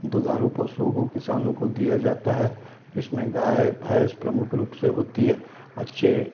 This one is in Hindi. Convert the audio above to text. दुधारू पशु को किसानों को दिया जाता है इसमें गाय भैंस प्रमुख रूप से होती है अच्छे